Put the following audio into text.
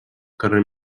carrer